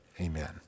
Amen